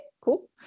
cool